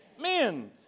Men